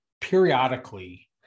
periodically